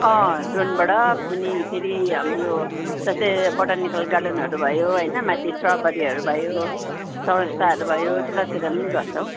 ड्रोनबाट अनि फेरि हाम्रो यो जस्तै बोटानिकल गार्डनहरू भयो होइन माथि स्ट्रबेरी भयो चौरस्ताहरू भयो त्यतातिर पनि गर्छौँ